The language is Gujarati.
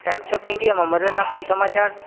ટાઈમ્સ ઓફ ઇન્ડિયામાં મરણના કોઈ સમાચાર